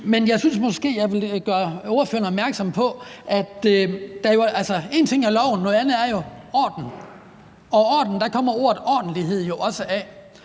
Men jeg synes måske, jeg vil gøre ordføreren opmærksom på, at én ting er loven, noget andet er orden – og »orden« kommer ordet ordentlighed jo også af.